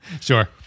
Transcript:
Sure